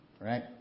right